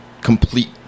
complete